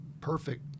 perfect